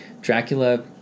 Dracula